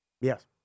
Yes